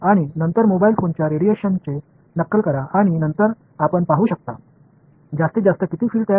பின்னர் ஒரு mobile phone கதிர்வீச்சை உருவகப்படுத்துங்கள் பின்னர் நீங்கள் உருவாக்கப்படும் அதிகபட்ச புலம் எது